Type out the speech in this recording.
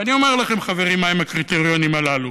ואני אומר לכם, חברים, מהם הקריטריונים הללו.